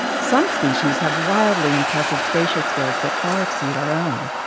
some species have wildly impressive spatial skills that far exceed our own.